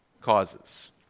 causes